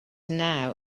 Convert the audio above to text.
now